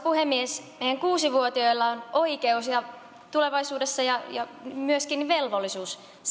puhemies meidän kuusi vuotiailla on oikeus ja tulevaisuudessa myöskin velvollisuus